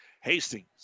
Hastings